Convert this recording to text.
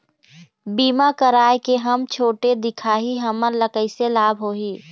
बीमा कराए के हम छोटे दिखाही हमन ला कैसे लाभ होही?